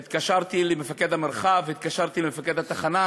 התקשרתי למפקד המרחב והתקשרתי למפקד התחנה,